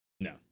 No